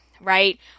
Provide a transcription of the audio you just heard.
right